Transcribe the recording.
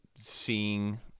seeing